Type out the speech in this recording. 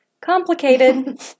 complicated